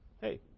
hey